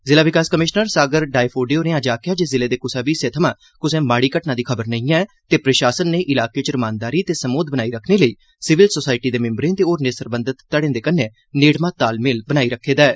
जिला विकास commissioner doctor Sagar Doifode होरें अज्ज आखेआ जे जिले दे कुसै बी हिस्से थमां कुसा माड़ी घटना दी खबर नेई ऐ ते प्रशासन नै इलाके च रमानदारी ते सम्बोध बनाई रक्खने लेई सिविल सोसायटी दे मैम्बरें ते होरनें सरबंधत घड़ें दे कन्नै नेड़मा तालमेल बनाए दा ऐ